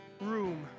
room